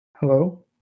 hello